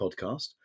podcast